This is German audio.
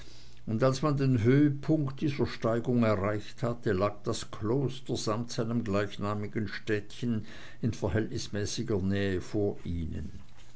und als man den höhepunkt dieser steigung erreicht hatte lag das kloster samt seinem gleichnamigen städtchen in verhältnismäßiger nähe vor ihnen